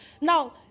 Now